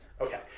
Okay